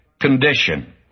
condition